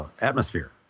atmosphere